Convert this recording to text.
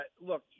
look